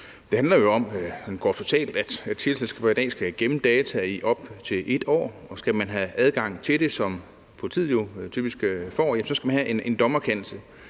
fortalt om, at teleselskaber i dag skal gemme data i op til 1 år, og skal man have adgang til det, hvad politiet jo typisk får, så skal man have en dommerkendelse.